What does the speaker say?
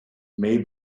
may